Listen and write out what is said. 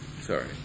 sorry